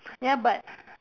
ya but